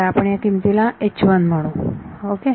तर आपण या किमतीला असे म्हणून ओके